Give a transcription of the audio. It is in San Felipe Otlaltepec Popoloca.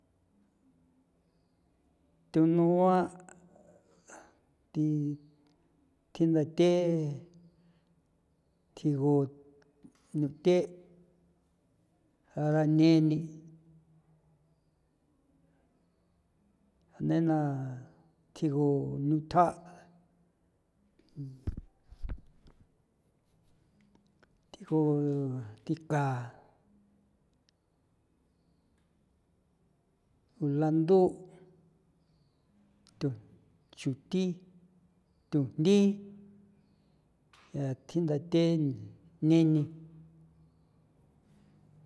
Thunua' thi thi ntha the thjigu nuthe' jaara neni nena thjigu nutha' thjigu thikaa o landu' thu chuthi thujnthi thi ntha the neni.